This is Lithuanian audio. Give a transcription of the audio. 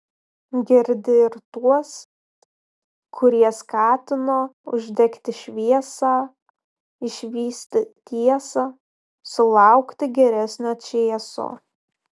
girdi ir tuos kurie skatino uždegti šviesą išvysti tiesą sulaukti geresnio čėso